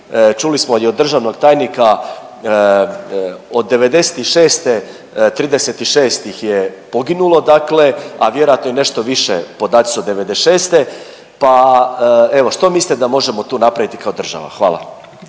Čuli smo i od državnog tajnika od '96. 36 ih je poginulo, dakle a vjerojatno i nešto više, podaci su od '96. Pa evo što mislite da možemo tu napraviti kao država? Hvala.